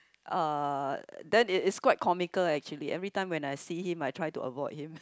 uh then it is quite comical actually every time when I see him I try to avoid him